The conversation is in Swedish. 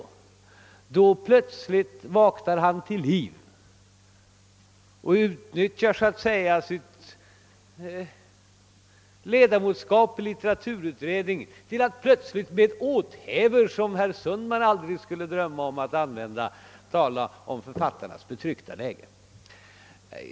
Och då plötsligt vaknar han till liv och utnyttjar sitt ledamotskap till att med åthävor, som herr Sundman aldrig skulle drömma om att använda, tala om författarnas betryckta läge.